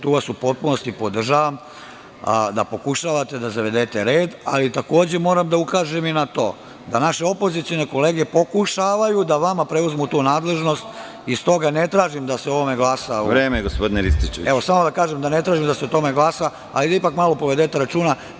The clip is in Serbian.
Tu vas u potpunosti podržavam da pokušavate da zavedete red, ali takođe, moram da ukažem i na to da naše opozicione kolege pokušavaju da vama preuzmu tu nadležnosti i stoga ne tražim da se o ovome glasa. (Predsedavajući: Vreme, gospodine Rističeviću.) Evo, samo da kažem da ne tražim da se o tome glasa, ali da ipak malo povedete računa.